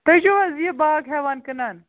تُہۍ چھِو حظ یہِ باغ ہٮ۪وان کٕنان